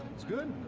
it's good.